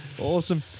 Awesome